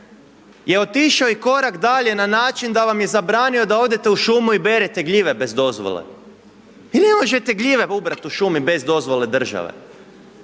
je otišao i korak dalje na način da vam je zabranio da odete u šumu i berete gljive bez dozvole. I vi ne možete gljive ubrat u šumi bez dozvole države.